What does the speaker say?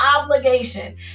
obligation